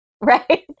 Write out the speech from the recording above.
Right